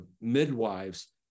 midwives